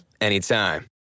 anytime